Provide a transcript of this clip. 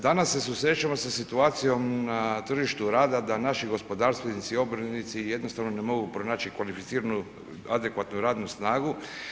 Danas se susrećemo sa situacijom na tržištu rada da naši gospodarstvenici i obrtnici jednostavno ne mogu pronaći kvalificiranu adekvatnu radnu snagu.